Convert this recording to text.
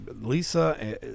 Lisa